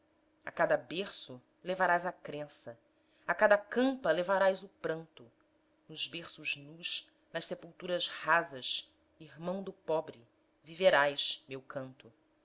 a cada berço levarás a crença a cada campa levarás o pranto nos berços nus nas sepulturas rasas irmão do pobre viverás meu canto